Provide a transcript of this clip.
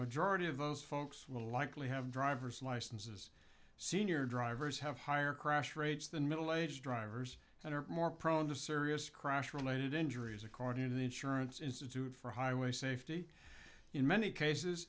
majority of those folks will likely have driver's licenses senior drivers have higher crash rates than middle age drivers and are more prone to serious crash related injuries according to the insurance institute for highway safety in many cases